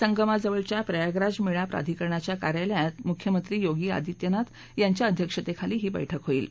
संगमाजवळच्या प्रयागराज मेळा प्रधिकरणाच्या कार्यालयात मुख्यमंत्री योगी अदित्यनाथ यांच्या अध्यक्षेखाली ही बैठक होईल